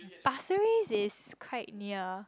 Pasir-Ris is quite near